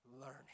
learning